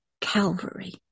Calvary